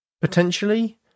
potentially